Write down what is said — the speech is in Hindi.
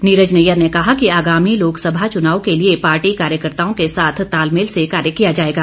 नीरज नैयर ने कहा कि आगामी लोकसभा चुनाव के लिए पार्टी कार्यकर्ताओं के साथ तालमेल से कार्य किया जाएगा